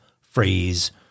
phrase